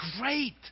great